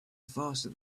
faster